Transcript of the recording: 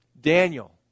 Daniel